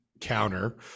counter